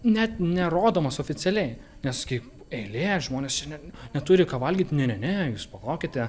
net nerodomas oficialiai nes kai eilė žmonės šiandien neturi ką valgyt ne ne ne jūs palaukite